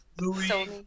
Louis